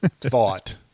thought